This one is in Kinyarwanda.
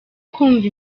kumva